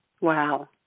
Wow